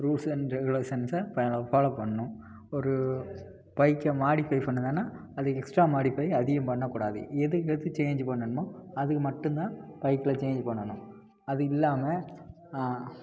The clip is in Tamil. ரூல்ஸ் அண்ட் ரெகுலேசன்ஸை பாலோ ஃபாலோ பண்ணணும் ஒரு பைக்கை மாடிஃபை பண்ணுன்னால் அது எக்ஸ்ட்ரா மாடிஃபை அதிகம் பண்ணக் கூடாது எது எது சேஞ்சு பண்ணணுமோ அது மட்டும்தான் பைக்கில் சேஞ்சு பண்ணணும் அது இல்லாமல்